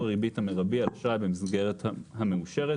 הריבית המרבי על אשראי במסגרת המאושרת,